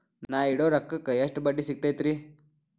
ನಾ ಇಡೋ ರೊಕ್ಕಕ್ ಎಷ್ಟ ಬಡ್ಡಿ ಸಿಕ್ತೈತ್ರಿ?